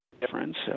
difference